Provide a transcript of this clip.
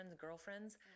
girlfriends